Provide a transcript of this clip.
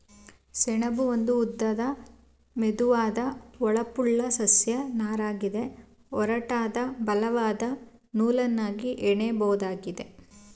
ಸೆಣಬು ಒಂದು ಉದ್ದದ ಮೆದುವಾದ ಹೊಳಪುಳ್ಳ ಸಸ್ಯ ನಾರಗಿದೆ ಒರಟಾದ ಬಲವಾದ ನೂಲನ್ನಾಗಿ ಹೆಣಿಬೋದಾಗಿದೆ